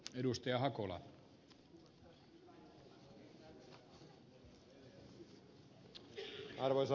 arvoisa herra puhemies